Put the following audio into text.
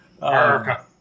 America